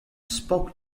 spoke